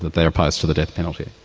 that they are opposed to the death penalty.